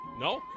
No